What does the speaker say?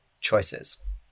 choices